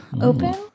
open